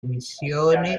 missione